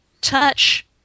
touch